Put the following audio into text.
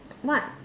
what